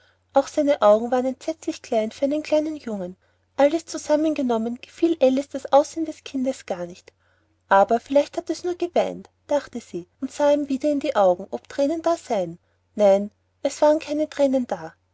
auch seine augen wurden entsetzlich klein für einen kleinen jungen alles zusammen genommen gefiel alice das aussehen des kindes gar nicht aber vielleicht hat es nur geweint dachte sie und sah ihm wieder in die augen ob thränen da seien nein es waren keine thränen da